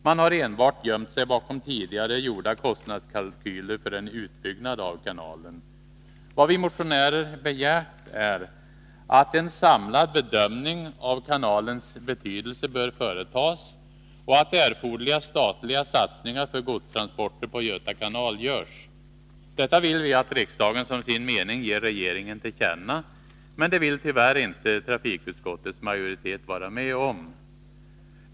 Man har enbart gömt sig bakom tidigare gjorda kostnadskalkyler för en utbyggnad av kanalen. Vad vi motionärer begärt är att en samlad bedömning av kanalens betydelse bör företas och att erforderliga statliga satsningar för godstransporter på Göta kanal görs. Detta vill vi att riksdagen som sin mening ger regeringen till känna. Men det vill tyvärr inte trafikutskottets majoritet vara med om.